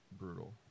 brutal